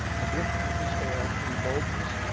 and with the despair came boldness.